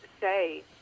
say